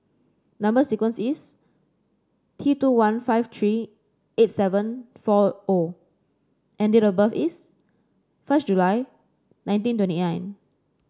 number sequence is T two one five three eight seven four O and date of birth is first July nineteen twenty nine